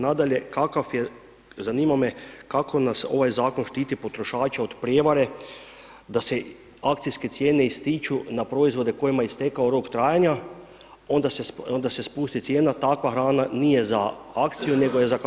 Nadalje, kakav je, zanima me kako nas ovaj zakon štiti potrošače od prijevare da se akcijske cijene ističu na proizvode kojima je istekao rok trajanja, onda se spusti cijena, takva hrana nije za akciju, nego je za … Hvala.